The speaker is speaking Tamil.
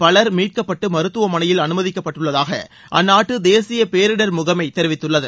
பலர் மீட்கப்பட்டு மருத்துவமனையில் அனுமதிக்கப்பட்டுள்ளதாக அந்நாட்டு தேசிய பேரிடர் முகமை தெரிவித்துள்ளது